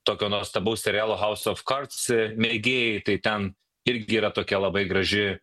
tokio nuostabaus serialo house of cards mėgėjai tai ten irgi yra tokia labai graži